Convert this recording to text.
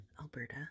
Alberta